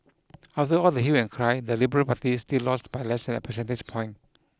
after all the hue and cry the liberal party still lost by less than a percentage point